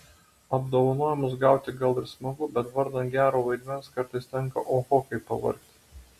apdovanojimus gauti gal ir smagu bet vardan gero vaidmens kartais tenka oho kaip pavargti